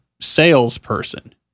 salesperson